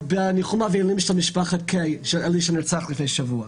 להיות בניחום אבלים של משפחת אלי קיי שנרצח לפני שבוע.